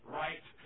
right